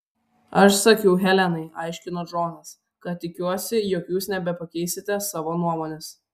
aš sakiau helenai aiškino džonas kad tikiuosi jog jūs nebepakeisite savo nuomonės